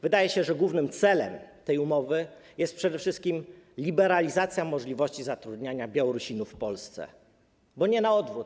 Wydaje się, że głównym celem tej umowy jest przede wszystkim liberalizacja możliwości zatrudniania Białorusinów w Polsce, bo nie na odwrót.